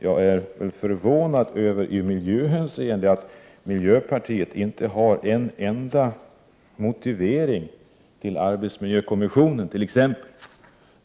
Jag är förvånad över att miljöpartiet inte har en enda motivering till exempelvis arbetsmiljökommissionen.